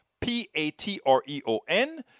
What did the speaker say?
p-a-t-r-e-o-n